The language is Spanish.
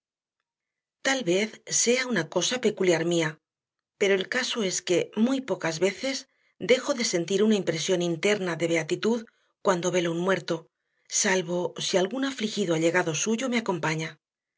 tal vez sea una cosa peculiar mía pero el caso es que muy pocas veces dejo de sentir una impresión interna de beatitud cuando velo un muerto salvo si algún afligido allegado suyo me acompaña